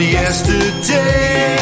yesterday